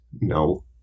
No